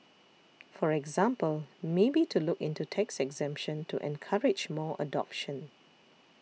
for example maybe to look into tax exemption to encourage more adoption